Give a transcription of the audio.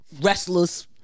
Restless